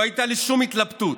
לא הייתה לי שום התלבטות.